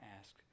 ask